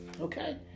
Okay